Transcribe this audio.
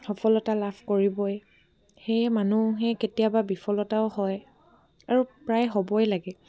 সফলতা লাভ কৰিবই সেয়ে মানুহে কেতিয়াবা বিফলতাও হয় আৰু প্ৰায় হ'বই লাগে